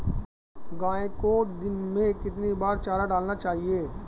गाय को दिन में कितनी बार चारा डालना चाहिए?